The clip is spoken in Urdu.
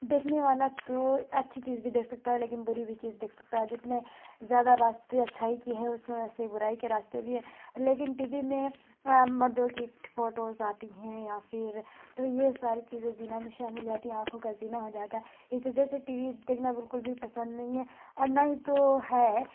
دیکھنے والا تو اچھی چیز بھی دیکھ سکتا ہے لیکن بُری بھی چیز دیکھ سکتا ہے جتنے زیادہ راستے اچھائی کے ہیں اُس میں ویسے بُرائی کے راستے بھی ہیں لیکن ٹی وی میں مردوں کی فوٹوز آتی ہیں یا پھر تو یہ ساری چیزیں زنا میں شامل ہو جاتی ہیں آنکھوں کا زنا ہو جاتا ہے اِس وجہ سے ٹی وی دیکھنا بالکل بھی پسند نہیں ہے اور نہ ہی تو ہے